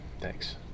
thanks